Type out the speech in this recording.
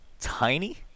tiny